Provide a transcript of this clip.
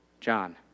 John